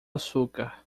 açúcar